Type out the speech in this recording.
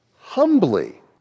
humbly